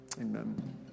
Amen